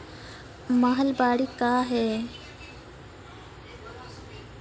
महलबाडी क्या हैं?